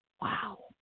Wow